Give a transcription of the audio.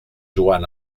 joan